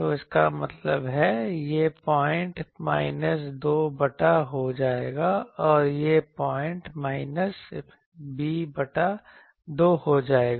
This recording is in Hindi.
तो इसका मतलब है यह पॉइंट माइनस 2 बटा हो जाएगा और यह पॉइंट माइनस b बटा 2 हो जाएगा